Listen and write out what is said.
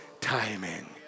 timing